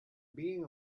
being